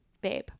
babe